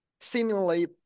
seemingly